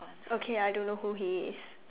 okay I don't know who he is